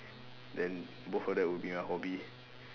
then both of that will be my hobby